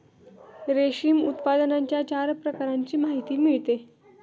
रेशीम उत्पादनाच्या चार प्रकारांची माहिती मिळते